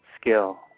Skill